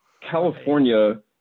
california